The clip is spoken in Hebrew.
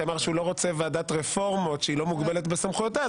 שאמר שהוא לא רוצה ועדת רפורמות שהיא לא מוגבלת בסמכויותיה,